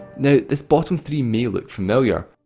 now, this bottom three may look familiar.